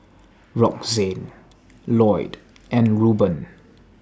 Roxane Lloyd and Ruben